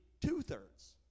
two-thirds